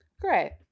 Great